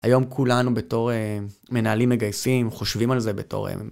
היום כולנו בתור מנהלים מגייסים, חושבים על זה בתור...